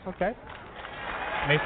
Okay